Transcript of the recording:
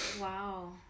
Wow